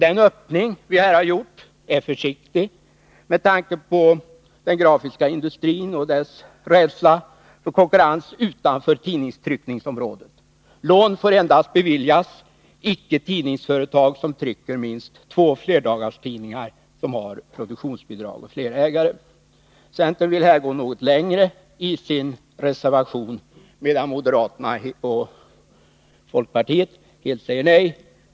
Den öppning som vi här har gjort ärliten, då vi har varit försiktiga med tanke på den grafiska industrin och dess rädsla för konkurrens utanför tidningstryckningsområdet. Lån får endast beviljas icke-tidningsföretag som trycker minst två flerdagstidningar som har produktionsbidrag och olika ägare. Centern vill här gå något längre i sin reservation, medan moderaterna och folkpartiet säger blankt nej.